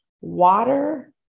water